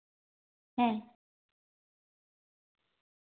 ᱦᱮᱸ